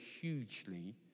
hugely